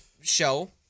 show